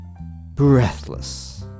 breathless